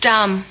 Dumb